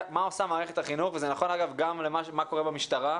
מערכת החינוך וזה נכון אגב גם למה קורה במשטרה,